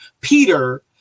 peter